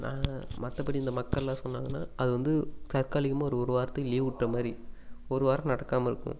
நான் மற்றபடி இந்த மக்களெலாம் சொன்னாங்கன்னால் அது வந்து தற்காலிகமாக ஒரு ஒரு வாரத்துக்கு லீவ் விட்ட மாதிரி ஒரு வாரம் நடக்காமல் இருக்கும்